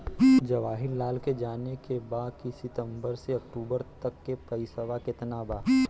जवाहिर लाल के जाने के बा की सितंबर से अक्टूबर तक के पेसवा कितना बा?